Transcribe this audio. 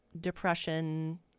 depression